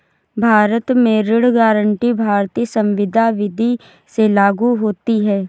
भारत में ऋण गारंटी भारतीय संविदा विदी से लागू होती है